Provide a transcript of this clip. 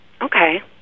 Okay